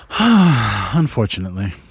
Unfortunately